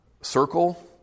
circle